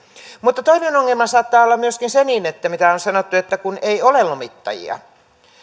mutta toinen ongelma saattaa olla myöskin se mitä on sanottu että ei ole lomittajia